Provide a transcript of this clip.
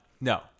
no